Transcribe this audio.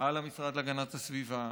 על המשרד להגנת הסביבה,